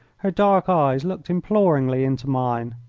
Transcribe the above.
her dark eyes looked imploringly into mine.